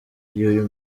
y’uyu